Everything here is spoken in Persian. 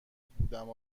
بودم